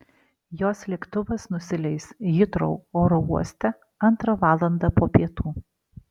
jos lėktuvas nusileis hitrou oro uoste antrą valandą po pietų